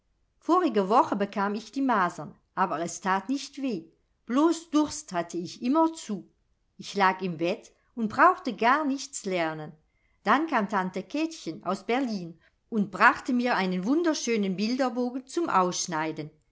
vorige woche bekam ich die masern aber es tat nicht weh blos durst hatte ich immerzu ich lag im bett und brauchte garnichts lernen dann kam tante kätchen aus berlin und brachte mir einen wunderschönen bilderbogen zum ausschneiden